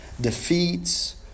defeats